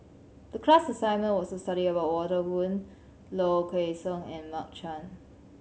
the class assignment was to study about Walter Woon Low Kway Song and Mark Chan